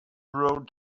road